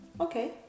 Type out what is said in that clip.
Okay